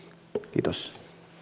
kiitos